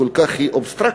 והיא כל כך אבסטרקטית,